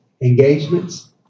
engagements